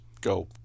go